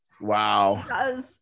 Wow